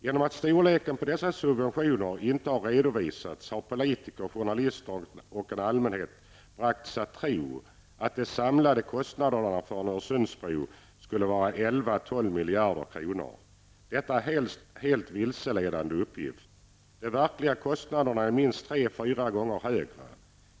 Genom att storleken på dessa subventioner inte har redovisats har politiker, journalister och allmänheten bragts att tro att de samlade kostnaderna för en Öresundsbro skulle vara 11--12 miljarder kronor. Detta är en helt vilseledande uppgift. De verkliga kostnaderna är minst tre fyra gånger högre.